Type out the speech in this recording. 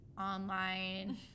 online